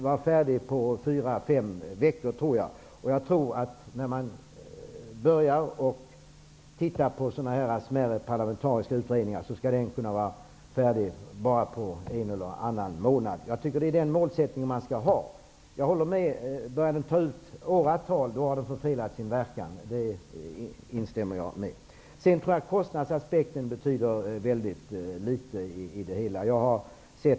Jag tror att den var färdig på fyra, fem veckor. Smärre parlamentariska utredningar skulle kunna vara färdiga på en eller annan månad. Det är den målsättningen man skall ha. Jag instämmer i påståendet att utredningar som spänner över åratal har förfelat sin verkan. Kostnaden betyder mycket litet i sammanhanget.